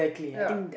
ya